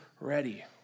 ready